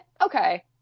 okay